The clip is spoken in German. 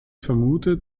vermutet